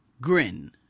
grin